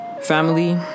family